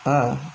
ah